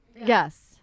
Yes